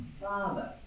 father